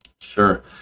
Sure